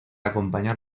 acompañar